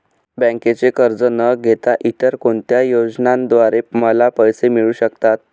बँकेचे कर्ज न घेता इतर कोणत्या योजनांद्वारे मला पैसे मिळू शकतात?